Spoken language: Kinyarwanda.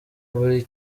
buri